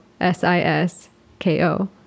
S-I-S-K-O